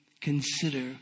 consider